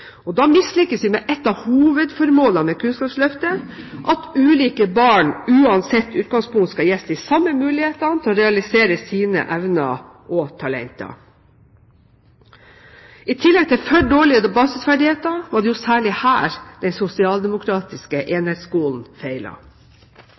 Da mislykkes vi med et av hovedformålene med Kunnskapsløftet, at ulike barn uansett utgangspunkt skal gis de samme mulighetene til å realisere sine evner og talenter. I tillegg til for dårlige basisferdigheter var det jo særlig her den sosialdemokratiske